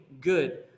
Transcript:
good